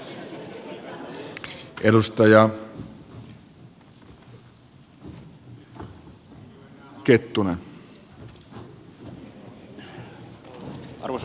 arvoisa puhemies